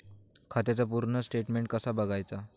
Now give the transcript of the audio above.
खात्याचा पूर्ण स्टेटमेट कसा बगायचा?